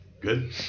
Good